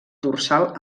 dorsal